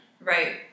right